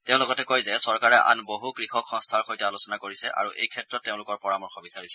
তেওঁ লগতে কয় যে চৰকাৰে আন বহু কৃষক সংস্থাৰ সৈতে আলোচনা কৰিছে আৰু এই ক্ষেত্ৰত তেওঁলোকৰ পৰামৰ্শ বিচাৰিছে